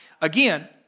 again